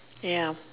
ya